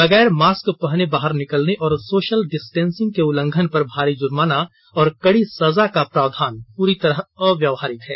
बगैर मास्क पहने बाहर निकलने और सोशल डिस्टेंसिंग के उल्लंघन पर भारी जुर्माना और कड़ी सजा का प्रावधान पूरी तरह अव्यवहारिक है